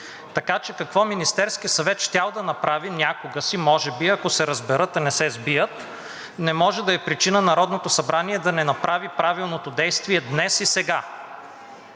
така че какво Министерският съвет щял да направи някога си може би, ако се разберат, а не се сбият, не може да е причина Народното събрание да не направи правилното действие днес и сега,